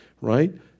right